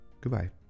Goodbye